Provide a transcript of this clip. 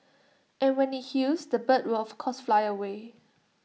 and when IT heals the bird would of course fly away